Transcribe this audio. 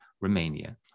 Romania